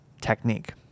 technique